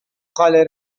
خاله